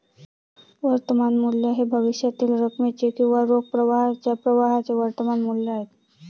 वर्तमान मूल्य हे भविष्यातील रकमेचे किंवा रोख प्रवाहाच्या प्रवाहाचे वर्तमान मूल्य आहे